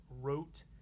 wrote